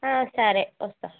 ఆ సరే వస్తాను